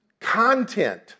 content